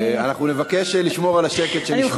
אנחנו נבקש לשמור על השקט כדי שנשמע את,